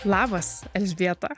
labas elžbieta